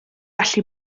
allu